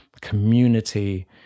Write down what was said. community